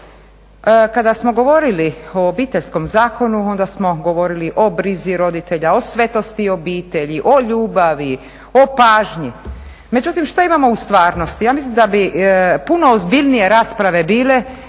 Kada smo govorili o Obiteljskom zakonu onda smo govorili o brizi roditelja, o svetosti obitelji, o ljubavi, o pažnji, međutim što imamo u stvarnosti? Ja mislim da bi puno ozbiljnije rasprave bile